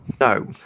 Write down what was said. no